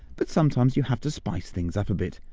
but sometimes you have to spice things up a bit.